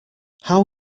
how